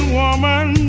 woman